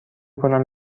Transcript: کنم